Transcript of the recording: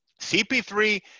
cp3